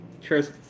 cheers